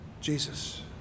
Jesus